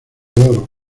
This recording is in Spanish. oro